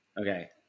Okay